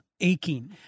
aching